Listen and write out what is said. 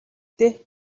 дээ